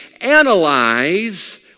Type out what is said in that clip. analyze